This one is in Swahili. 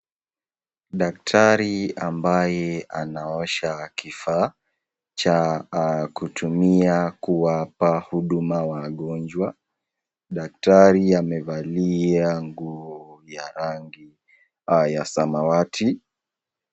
Daktari ambaye anaosha kifaa cha kutumia kuwapa huduma wagonjwa. Daktari amevalia nguo ya rangi ya samawati.